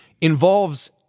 involves